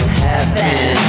heaven